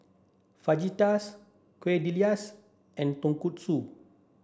Fajitas Quesadillas and Tonkatsu